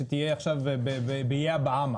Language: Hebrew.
שתהיה עכשיו באיי הבהאמה